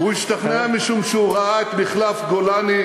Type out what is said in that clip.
הוא השתכנע משום שהוא ראה את מחלף גולני,